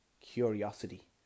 curiosity